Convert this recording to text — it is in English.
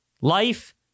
life